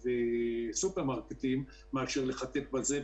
וסופרמרקטים מאשר לחטט בזבל,